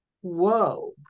Whoa